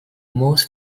most